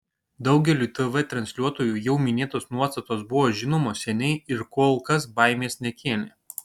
daugeliui tv transliuotojų jau minėtos nuostatos buvo žinomos seniai ir kol kas baimės nekėlė